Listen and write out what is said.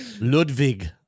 Ludwig